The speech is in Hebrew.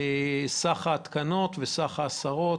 סך ההתקנות וסך ההסרות.